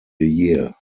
year